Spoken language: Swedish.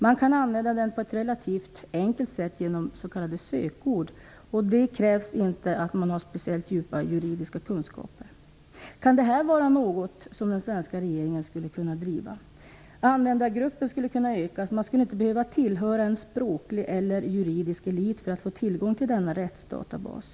Man kan använda den på ett relativt enkelt sätt genom s.k. sökord. Det krävs inte att man har speciellt djupa juridiska kunskaper. Kan detta vara en fråga som den svenska regeringen skulle kunna driva? Användargruppen skulle kunna utökas. Man skulle inte behöva tillhöra en språklig eller juridisk elit för att få tillgång till denna rättsdatabas.